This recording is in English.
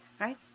right